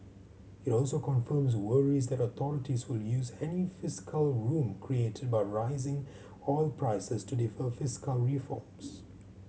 it also confirms worries that authorities will use any fiscal room created by rising oil prices to defer fiscal reforms